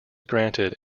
granted